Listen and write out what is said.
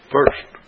First